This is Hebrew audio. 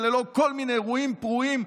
וללא כל מיני אירועים פרועים,